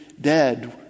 dead